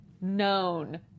known